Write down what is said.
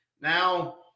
Now